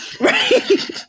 Right